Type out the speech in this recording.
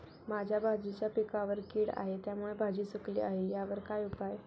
माझ्या भाजीच्या पिकावर कीड आहे त्यामुळे भाजी सुकली आहे यावर काय उपाय?